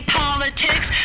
politics